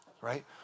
right